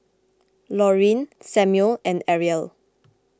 Laurene Samuel and Arielle